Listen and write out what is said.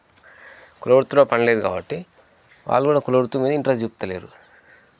కులవృత్తిలో పని లేదు కాబట్టి వాళ్ళు గూడా కులవృత్తి మీద ఇంట్రెస్ట్ చూపిత్తలేరు